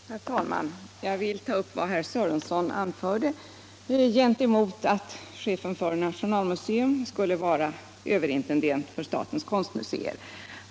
Herr talman! Jag vill ta upp vad herr Sörenson anförde gentemot att chefen för nationalmuseet skulle vara överintendent för statens konstmuseer.